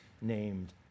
named